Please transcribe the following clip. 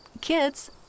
kids